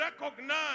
recognize